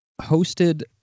hosted